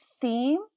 theme